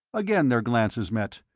again their glances met,